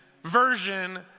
version